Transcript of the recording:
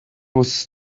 was